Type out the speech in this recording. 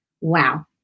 Wow